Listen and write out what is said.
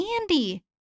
Andy